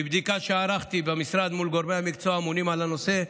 מבדיקה שערכתי במשרד עם גורמי המקצוע האמונים על הנושא,